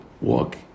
walk